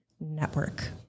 Network